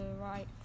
right